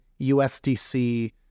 USDC